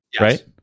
right